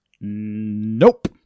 Nope